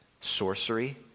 sorcery